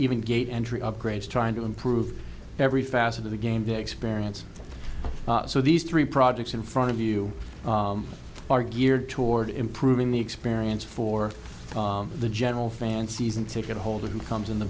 even gate entry upgrades trying to improve every facet of the game day experience so these three projects in front of you are geared toward improving the experience for the general fan season ticket holder who comes in the